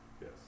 Yes